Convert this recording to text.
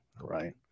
Right